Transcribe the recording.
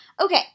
Okay